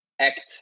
act